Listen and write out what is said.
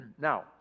Now